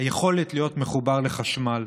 היכולת להיות מחובר לחשמל.